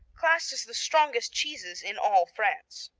classed as the strongest cheeses in all france.